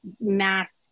mass